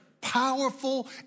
powerful